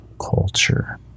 Culture